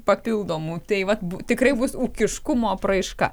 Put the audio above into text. papildomų tai vat tikrai bus ūkiškumo apraiška